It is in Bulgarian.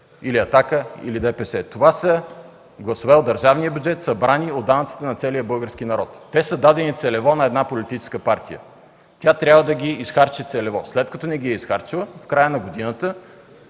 или „Атака”, или ДПС. Това са гласове от държавния бюджет, събрани от данъците на целия български народ. Те са дадени целево на една политическа партия и тя трябва да ги изхарчи целево. След като не ги е изхарчила, в края на годината